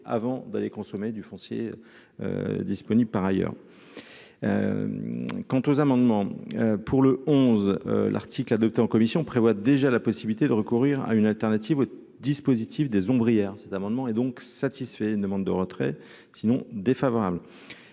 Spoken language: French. avant de les consommer du foncier disponible par ailleurs quant aux amendements pour le onze, l'article adopté en commission prévoit déjà la possibilité de recourir à une alternative au dispositif des ombrière cet amendement est donc satisfait une demande de retrait sinon défavorable